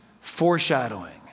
foreshadowing